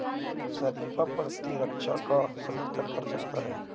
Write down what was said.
शरीफा प्रतिरक्षा का समर्थन कर सकता है